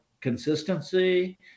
consistency